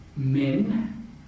men